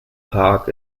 park